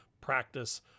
Practice